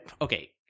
okay